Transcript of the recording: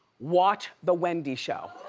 watch the wendy show.